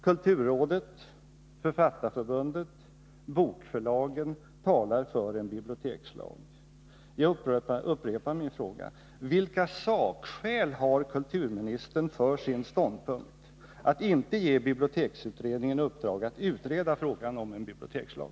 Kulturrådet, Författarförbundet och bokförlagen talar för en bibliotekslag. Jag upprepar min fråga: Vilka sakskäl har kulturministern för sin ståndpunkt att inte ge biblioteksutredningen i uppdrag att utreda frågan om en bibliotekslag?